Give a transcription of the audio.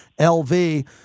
LV